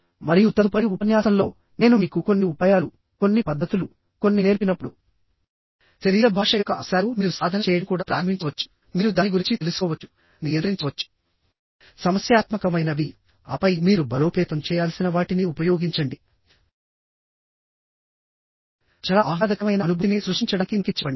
మరియు తదుపరి ఉపన్యాసంలో నేను మీకు కొన్ని ఉపాయాలు కొన్ని పద్ధతులుకొన్ని నేర్పినప్పుడు శరీర భాష యొక్క అంశాలుమీరు సాధన చేయడం కూడా ప్రారంభించవచ్చుమీరు దాని గురించి తెలుసుకోవచ్చు నియంత్రించవచ్చు సమస్యాత్మకమైనవి ఆపై మీరు బలోపేతం చేయాల్సిన వాటిని ఉపయోగించండిచాలా ఆహ్లాదకరమైన అనుభూతిని సృష్టించడానికి నొక్కి చెప్పండి